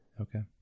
okay